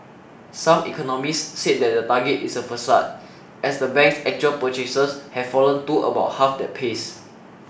some economists said that the target is a facade as the bank's actual purchases have fallen to about half that pace